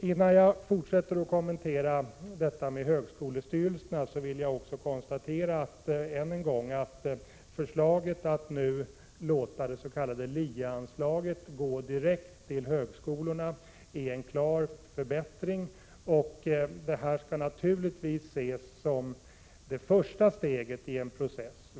Innan jag fortsätter att kommentera detta med högskolestyrelserna vill jag konstatera att förslaget att nu låta det s.k. LIE-anslaget gå direkt till högskolorna är en klar förbättring. Det skall naturligtvis ses som det första steget i en process.